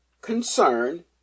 concern